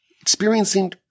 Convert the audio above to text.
experiencing